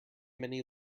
many